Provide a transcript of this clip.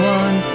one